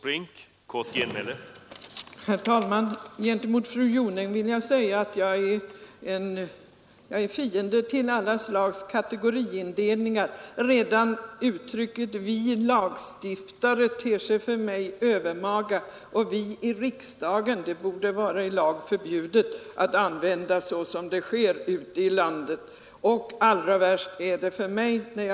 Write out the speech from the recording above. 30 maj 1973